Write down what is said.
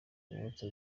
wubatse